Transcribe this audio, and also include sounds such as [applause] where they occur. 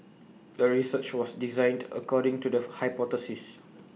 the research was designed according to the [noise] hypothesis